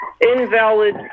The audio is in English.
invalid